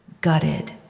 gutted